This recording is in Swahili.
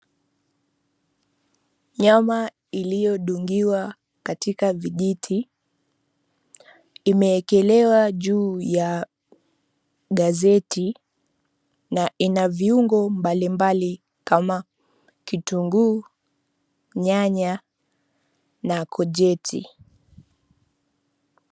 Nyama iliyodungiwa katika vijiti imewekelewa juu ya gazeti na inaviungo mbalimbali kama kitunguu, nyanya na kojeti.